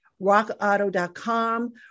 rockauto.com